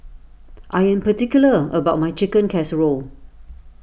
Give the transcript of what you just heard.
I am particular about my Chicken Casserole